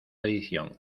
edición